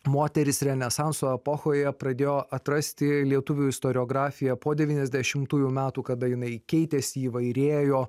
moterys renesanso epochoje pradėjo atrasti lietuvių istoriografiją po devyniasdešimtųjų metų kada jinai keitėsi įvairėjo